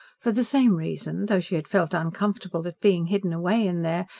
for the same reason, though she had felt uncomfortable at being hidden away in there,